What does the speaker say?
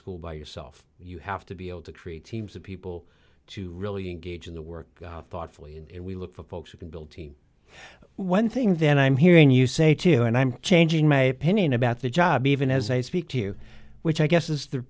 school by yourself you have to be able to treat teams of people to really engage in the work thoughtfully and we look for folks who can build team one thing then i'm hearing you say to you and i'm changing my opinion about the job even as i speak to you which i guess is the